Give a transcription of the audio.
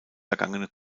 vergangene